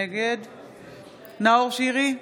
נגד נאור שירי,